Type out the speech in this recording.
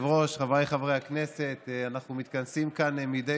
היא רגילה שהשמאל מתעלם ממנה.